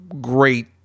great